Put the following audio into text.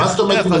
מה זאת אומרת?